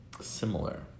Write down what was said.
similar